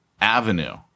avenue